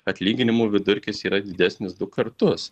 atlyginimų vidurkis yra didesnis du kartus